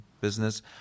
business